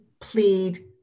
plead